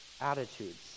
attitudes